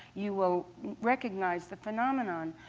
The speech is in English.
you will recognize the phenomenon.